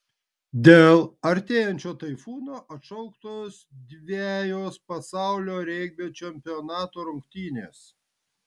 dėl artėjančio taifūno atšauktos dvejos pasaulio regbio čempionato rungtynės